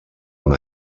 una